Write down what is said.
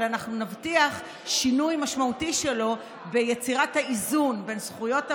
אבל אנחנו נבטיח שינוי משמעותי שלו ביצירת האיזון בין זכויות הפרט,